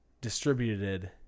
distributed